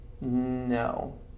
no